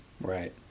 Right